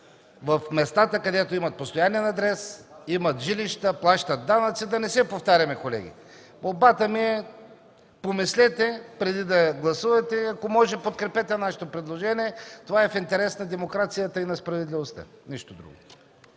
в местата, където имат постоянен адрес, имат жилища, плащат данъци. Да не се повтаряме, колеги. Молбата ми е: помислете преди да гласувате! Ако може, подкрепете нашето предложение. Това е в интерес на демокрацията и на справедливостта. Нищо друго.